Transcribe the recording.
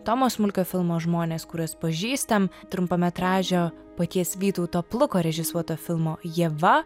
tomo smulkio filmo žmonės kuriuos pažįstam trumpametražio paties vytauto pluko režisuoto filmo ieva